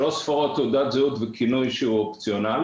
שלוש ספרות של תעודת הזהות וכינוי שהוא אופציונלי